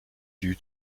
due